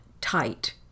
tight